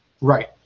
Right